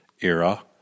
era